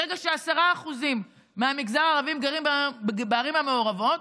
ברגע ש-10% מהמגזר הערבי גרים בערים המעורבות,